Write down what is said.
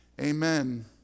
amen